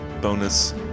bonus